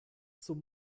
zum